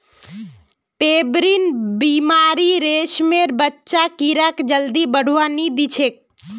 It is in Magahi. पेबरीन बीमारी रेशमेर बच्चा कीड़ाक जल्दी बढ़वा नी दिछेक